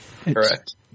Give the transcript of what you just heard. Correct